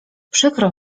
przykro